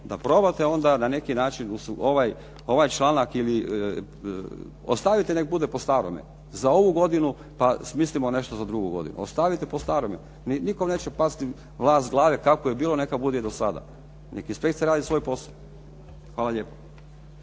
da probate onda na neki način ovaj članak ili ostavite nek bude po starome za ovu godinu pa smislimo nešto za drugu godinu. Ostavite po starome. Nikome neće pasti vlas s glave, kako je bilo neka bude i do sada. Neka inspekcija radi svoj posao. Hvala lijepo.